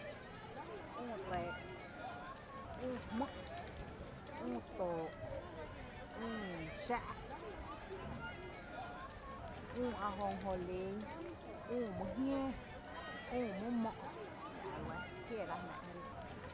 Jää e la re lɇ jmⱥⱥ jnáá’ dsa jmíí e kierá’, mi kióó ráá’ my ü<ú, kierá’ üü re kióó üü fyn, i kiela’ kö’ kierá’, jmⱥⱥra’ üü my mó’ nɇ jü my jolin nɇ üü too’ nɇ, üü jmý’ nɇ kiera´ üu cacahuate kiä’ kö’, enɇ lɇ e kie jnáá’ dsa jmíí.